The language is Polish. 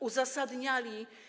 Uzasadniali.